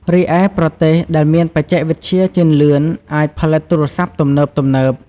រីឯប្រទេសដែលមានបច្ចេកវិទ្យាជឿនលឿនអាច ផលិតទូរស័ព្ទទំនើបៗ ។